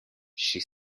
she